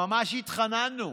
ממש התחננו.